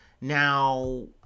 Now